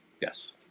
Yes